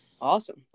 Awesome